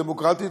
דמוקרטית,